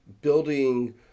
building